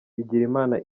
bigirimana